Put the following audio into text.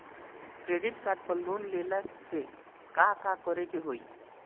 Credit card पर loan लेला से का का करे क होइ?